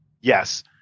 yes